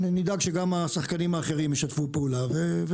אנחנו נדאג שגם השחקנים האחרים ישתפו פעולה.